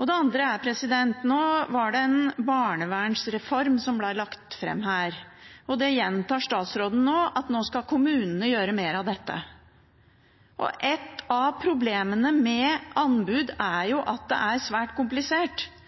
Det andre er: Nå var det en barnevernsreform som ble lagt fram her, og statsråden gjentar at nå skal kommunene gjøre mer av dette. Et av problemene med anbud er jo at det er svært komplisert.